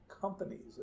companies